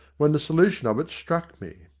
when the solution of it struck me.